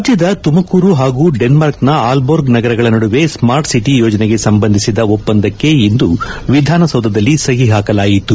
ರಾಜ್ಯದ ತುಮಕೂರು ಹಾಗೂ ಡೆನ್ಮಾರ್ಕ್ನ ಆಲ್ಬೋರ್ಗ್ ನಗರಗಳ ನಡುವೆ ಸ್ಮಾರ್ಟ್ ಸಿಟಿ ಯೋಜನೆಗೆ ಸಂಬಂಧಿಸಿದ ಒಪ್ಪಂದಕ್ಕೆ ಇಂದು ವಿಧಾನಸೌಧದಲ್ಲಿ ಸಹಿ ಹಾಕಲಾಯಿತು